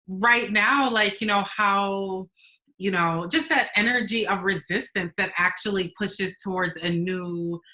right now, like, you know how you know, just that energy of resistance that actually pushed us towards a new,